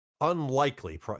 Unlikely